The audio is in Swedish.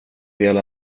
del